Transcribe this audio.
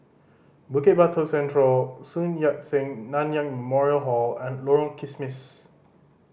Bukit Batok Central Sun Yat Sen Nanyang Memorial Hall and Lorong Kismis